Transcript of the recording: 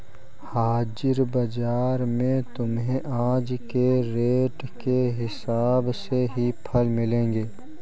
हाजिर बाजार में तुम्हें आज के रेट के हिसाब से ही फल मिलेंगे